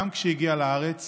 גם כשהגיעה לארץ